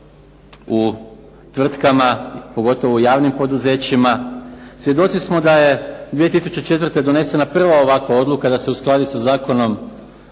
u tvrtkama, pogotovo u javnim poduzećima, svjedoci smo da je 2004. donesena prva ovakva odluka da se uskladi sa zakonom